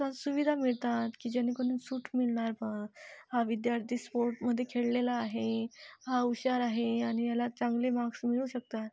स सुविधा मिळतात की ज्यानी कोणी सूट मिळणार बा हा विद्यार्थी स्पोर्टमध्ये खेळलेला आहे हा हुशार आहे आणि याला चांगले मार्क्स मिळू शकतात